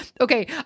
Okay